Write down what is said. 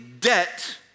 debt